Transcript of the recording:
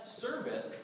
service